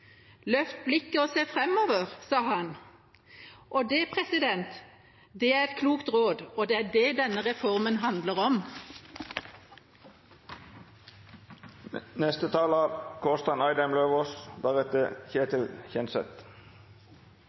Løft blikket og se framover, sa han. Det er et klokt råd, og det er det denne reformen handler om.